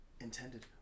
intended